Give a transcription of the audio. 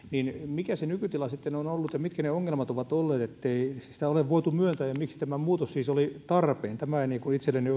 mikä se nykytila sitten on ollut ja mitkä ne ongelmat ovat olleet ettei sitä ole voitu myöntää ja miksi tämä muutos siis oli tarpeen tämä ei itselleni